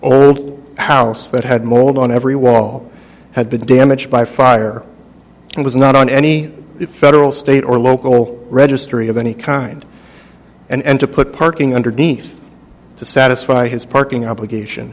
owned house that had more one on every wall had been damaged by fire and was not on any federal state or local registry of any kind and to put parking underneath to satisfy his parking obligation